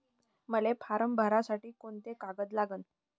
मले फारम भरासाठी कोंते कागद लागन?